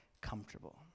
comfortable